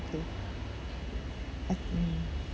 okay let me